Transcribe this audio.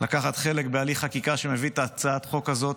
לקחת חלק בהליך חקיקה שמביא את הצעת החוק הזאת